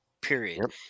period